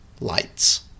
Lights